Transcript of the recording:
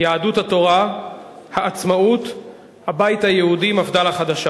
יהדות התורה, העצמאות והבית היהודי, מפד"ל החדשה: